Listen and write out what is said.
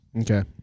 Okay